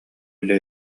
үлэ